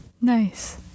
Nice